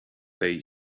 they